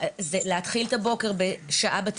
זה להתחיל את הבוקר בטלפונים.